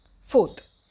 Fourth